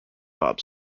bob